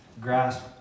grasp